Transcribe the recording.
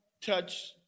touch